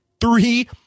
three